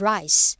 Rice